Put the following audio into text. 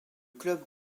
club